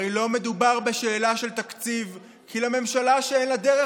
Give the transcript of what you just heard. הרי לא מדובר בשאלה של תקציב כי ממשלה שאין לה דרך,